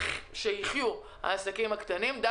זה שהעסקים הקטנים ימשיכו לחיות,